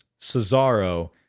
Cesaro